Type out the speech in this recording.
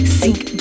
sink